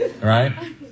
right